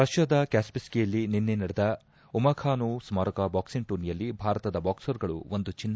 ರಷ್ಠಾದ ಕ್ಯಾಸ್ಲಿಯ್ಲಿ ನಿನ್ನೆ ನಡೆದ ಉಮಾಖಾನೊವ್ ಸ್ಥಾರಕ ಬಾಕ್ಸಿಂಗ್ ಟೂರ್ನಿಯಲ್ಲಿ ಭಾರತದ ಬಾಕ್ಸರ್ ಗಳು ಒಂದು ಚಿನ್ನ